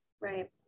Right